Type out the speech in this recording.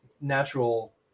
natural